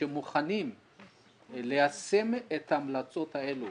ומוכנים ליישם את ההמלצות הללו